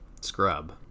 Scrub